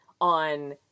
on